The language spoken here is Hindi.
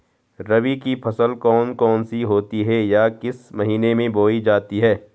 रबी की फसल कौन कौन सी होती हैं या किस महीने में बोई जाती हैं?